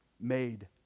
made